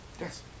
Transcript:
Yes